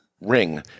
ring